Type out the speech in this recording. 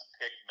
pick